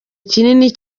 kinini